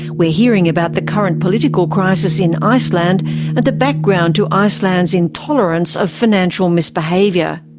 we're hearing about the current political crisis in iceland and the background to iceland's intolerance of financial misbehaviour.